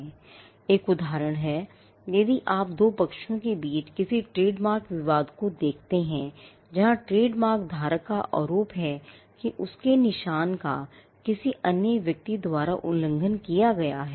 अब एक उदाहरण है यदि आप दो पक्षों के बीच किसी भी ट्रेडमार्क विवाद को देखते हैं जहां ट्रेडमार्क धारक का आरोप है कि उसका निशान का किसी अन्य व्यक्ति द्वारा उल्लंघन किया गया है